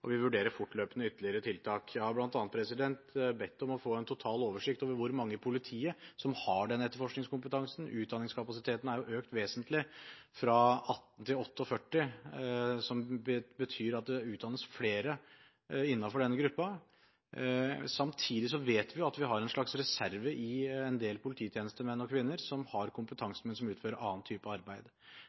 og vi vurderer fortløpende ytterligere tiltak. Jeg har bl.a. bedt om å få en total oversikt over hvor mange i politiet som har denne etterforskningskompetansen. Utdanningskapasiteten er jo økt vesentlig, fra 18 til 48, som betyr at det utdannes flere innenfor denne gruppen. Samtidig vet vi at vi har en slags reserve i en del polititjenestemenn og -kvinner som har kompetansen, men som utfører annen type arbeid.